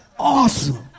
Awesome